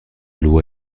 loi